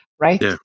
right